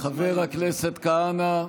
חבר הכנסת כהנא,